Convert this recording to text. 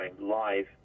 live